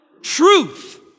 Truth